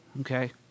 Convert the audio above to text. Okay